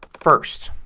first.